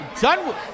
done